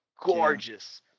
gorgeous